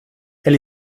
elle